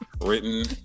written